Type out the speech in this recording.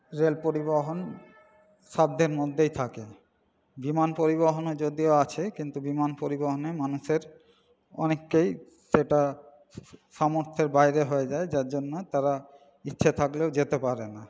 rail পরিবহণ সাধ্যের মধ্যেই থাকে বিমান পরিবহণও যদিও আছে কিন্তু বিমান পরিবহণে মানুষের অনেককেই সেটা সামর্থ্যের বাইরে হয়ে যায় যার জন্য তারা ইচ্ছা থাকলেও যেতে পারে না